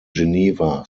geneva